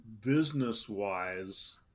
business-wise